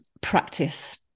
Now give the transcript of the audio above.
practice